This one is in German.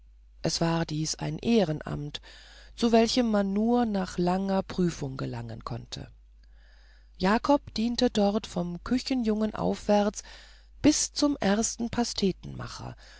es war dies ein ehrenamt zu welchem man nur nach langer prüfung gelangen konnte jakob diente dort vom küchenjungen aufwärts bis zum ersten